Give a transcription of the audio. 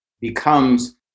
becomes